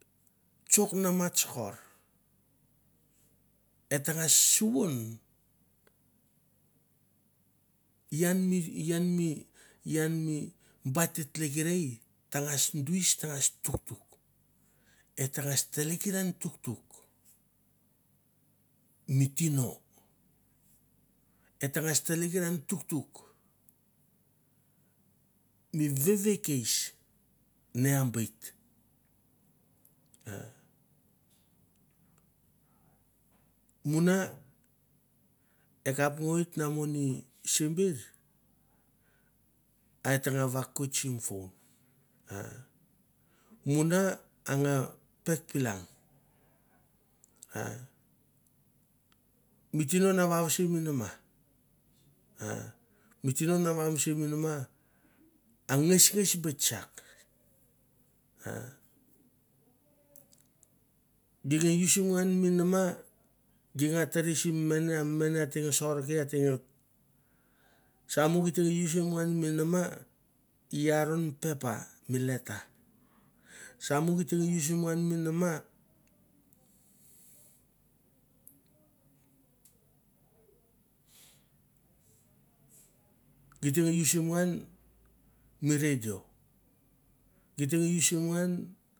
Tsok mama tsokor, et tangas suvan ian mi ian mi ian mi ba ti tlekeri tiangos tuk tuk et tangas telekeran tuktuk mi tino, et tangas telekeran tuktuk mi vevekais ne a bet, muna e kap nga oit na mon i sember a tanga vakoit sim phone, a muna a ngo pek pilang a mi tino na na vause mi nama mi tino vause mi nama ango ngesnges betbak. A ging usim ngan mi mama anga tere sim mene mene a teng sorke a teng samo gi teng usim ngan mi mama i aron mi papa mi leta samo gi teng usim ngan mi mama gi teng usim ngan mi nama i aron mi pepa mi leta samo gi teng usim ngan mi nama giteng ngan mi radio gi teng usim ngan mi radio gi teng usim ngan